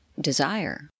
desire